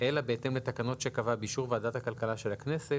אלא בהתאם לתקנות שקבע באישור ועדת הכלכלה של הכנסת,